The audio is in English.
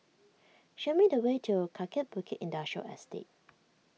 show me the way to Kaki Bukit Industrial Estate